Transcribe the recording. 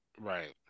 right